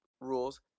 rules